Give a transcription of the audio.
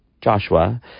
Joshua